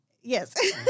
yes